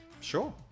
sure